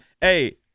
hey